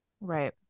Right